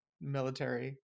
military